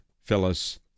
Phyllis